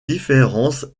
différence